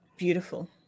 beautiful